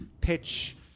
pitch